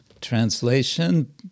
translation